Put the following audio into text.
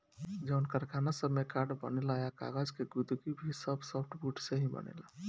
जवन कारखाना सब में कार्ड बनेला आ कागज़ के गुदगी भी सब सॉफ्टवुड से ही बनेला